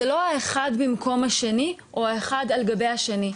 זה לא האחד במקום השני או האחד על גבי השני.